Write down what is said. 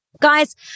Guys